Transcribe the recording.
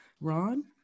Ron